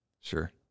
sure